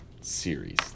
series